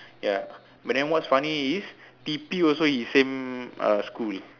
ya but then what's funny is T_P also he same uh school